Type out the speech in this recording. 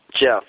Jeff